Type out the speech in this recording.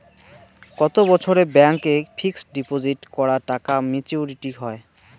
কত বছরে ব্যাংক এ ফিক্সড ডিপোজিট করা টাকা মেচুউরিটি হয়?